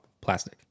plastic